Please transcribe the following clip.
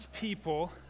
people